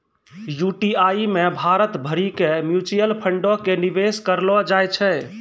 UTI मे भारत भरि के म्यूचुअल फंडो के निवेश करलो जाय छै